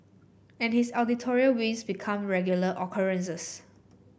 and his wins become regular occurrences